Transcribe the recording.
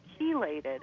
chelated